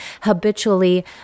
habitually